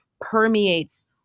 permeates